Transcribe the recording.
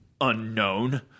unknown